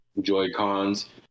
Joy-Cons